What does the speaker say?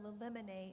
eliminate